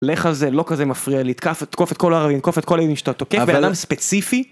לך על זה, לא כזה מפריע לי לתקוף את כל הערבים, לתקוף את כל האנשים שאתה תוקף. בן אדם ספציפי.